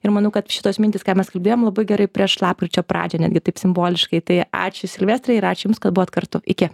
ir manau kad šitos mintys ką mes kalbėjom labai gerai prieš lapkričio pradžią netgi taip simboliškai tai ačiū silvestrai ir ačiū jums kad buvot kartu iki